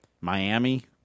Miami